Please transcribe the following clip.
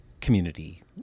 community